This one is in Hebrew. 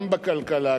גם בכלכלה,